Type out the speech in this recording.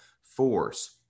force